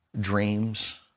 dreams